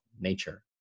nature